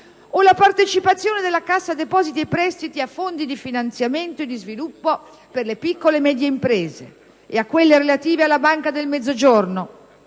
o la partecipazione della Cassa depositi e prestiti a fondi di finanziamento e sviluppo per le piccole e medie imprese), a quelle relative alla Banca del Mezzogiorno